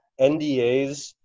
NDAs